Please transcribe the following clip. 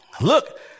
Look